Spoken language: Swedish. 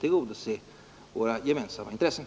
tillgodose våra gemensamma intressen.